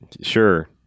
Sure